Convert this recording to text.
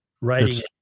writing